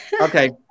okay